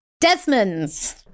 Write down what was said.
Desmond's